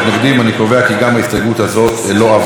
אני קובע כי גם הסתייגות 4 לא עברה.